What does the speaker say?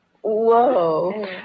Whoa